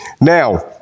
Now